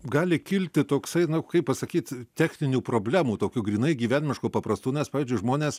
gali kilti toksai nu kaip pasakyt techninių problemų tokių grynai gyvenimiškų paprastų nes pavyzdžiui žmonės